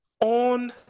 on